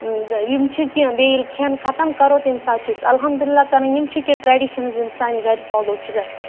یِم چھ کینٛہہ بیٚیہِ ییٚلہِ کھؠن خَتَم کَرو تمہِ ساتہٕ چھ أسۍ اَلحمدُ اللہ کَران یِم چھ کینٛہہ ٹریڈِشَنٕز یِم سانہِ گرِ فالو چھ گژھان